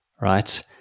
right